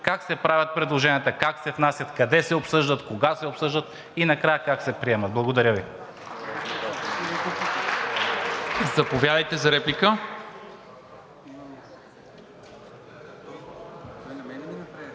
как се правят предложенията, как се внасят, къде се обсъждат, кога се обсъждат и накрая как се приемат. Благодаря Ви. (Ръкопляскания от „БСП за